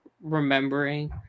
Remembering